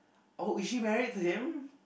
oh is she married to him